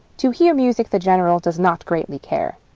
to hear music the general does not greatly care.